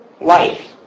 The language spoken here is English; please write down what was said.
life